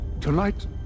Tonight